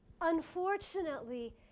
Unfortunately